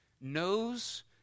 knows